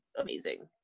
amazing